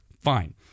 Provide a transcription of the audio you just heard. fine